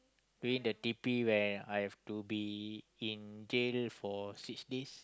during the T_P when I have to be in jail for six days